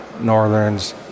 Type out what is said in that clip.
northerns